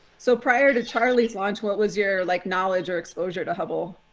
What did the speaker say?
so prior to charlie's launch, what was your like knowledge or exposure to hubble?